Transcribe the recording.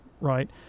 right